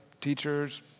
teachers